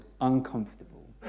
uncomfortable